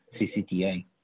CCTA